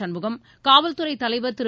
சண்முகம் காவல்துறை தலைவர் திரு